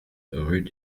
rue